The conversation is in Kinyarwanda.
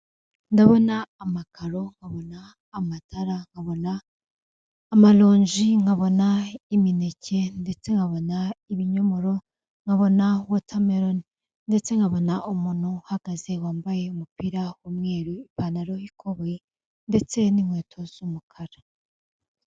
Ndabona amakaro nkabona amatara nkabona amalonji nkabona n'imineke ndetse nkabona ibinyomoro nkabona watermelon ndetse nkabona umuntu uhagaze wambaye umupira w'umweruru ipantaro ikomeye ndetse n'inkweto z'umukara .